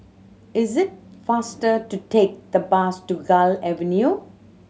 it is faster to take the bus to Gul Avenue